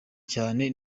cyane